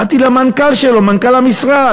באתי למנכ"ל שלו, מנכ"ל המשרד.